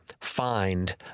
find